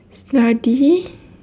study